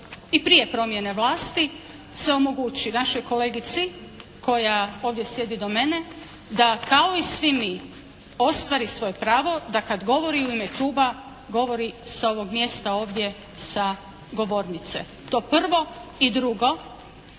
i prije promjene vlasti se omogući našoj kolegici koja sjedi ovdje do mene da kao i svi mi ostvari svoje pravo da kad govori u ime kluba govori sa ovog mjesta ovdje sa govornice. To prvo. I drugo,